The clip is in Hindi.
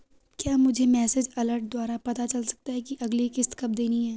क्या मुझे मैसेज अलर्ट द्वारा पता चल सकता कि अगली किश्त कब देनी है?